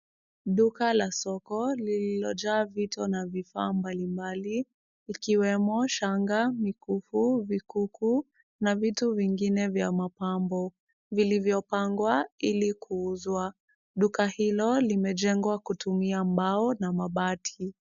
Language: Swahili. Duka la soko lililojaa vitu na vifaa mbalimbali ikiwemo shanga, mikufu, vikuku na vitu vingine vya mapambo, vilivyopangwa ili kuuzwa. Duka hilo limejengwa kutumia mbao na mabati.